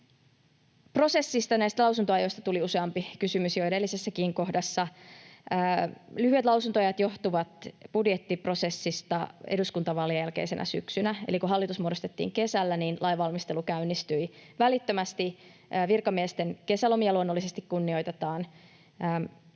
Prosessista, näistä lausuntoajoista, tuli useampi kysymys jo edellisessäkin kohdassa. Lyhyet lausuntoajat johtuvat budjettiprosessista eduskuntavaalien jälkeisenä syksynä, eli kun hallitus muodostettiin kesällä, lainvalmistelu käynnistyi välittömästi. Virkamiesten kesälomia luonnollisesti kunnioitetaan.